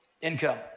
income